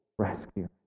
rescue